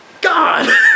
God